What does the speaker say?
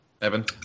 Evan